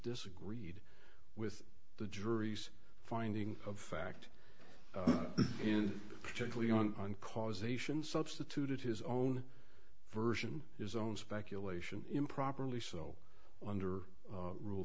disagreed with the jury's finding of fact and particularly on causation substituted his own version is own speculation improperly so under rule